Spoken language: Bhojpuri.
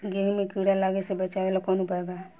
गेहूँ मे कीड़ा लागे से बचावेला कौन उपाय बा?